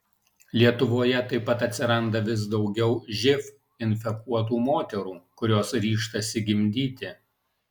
lietuvoje taip pat atsiranda vis daugiau živ infekuotų moterų kurios ryžtasi gimdyti